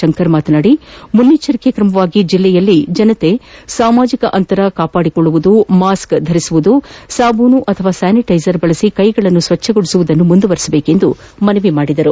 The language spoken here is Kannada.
ಶಂಕರ್ ಮಾತನಾಡಿ ಮುನ್ನೆಚ್ಚರಿಕೆ ಕ್ರಮವಾಗಿ ಜಿಲ್ಲೆಯಲ್ಲಿ ಜನತೆ ಸಾಮಾಜಿಕ ಅಂತರ ಕಾಪಾಡಿಕೊಳ್ಳುವುದು ಮಾಸ್ಕ್ ಧರಿಸುವುದು ಸಾಬೂನು ಅಥವಾ ಸ್ಯಾನಿಟೈಸರ್ ಬಳಸಿ ಕೈಗಳನ್ನು ಸ್ವಚ್ಟಗೊಳಿಸುವುದನ್ನು ಮುಂದುವರೆಸಬೇಕೆಂದು ಮನವಿ ಮಾಡಿದ್ದಾರೆ